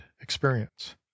experience